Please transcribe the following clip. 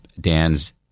Dan's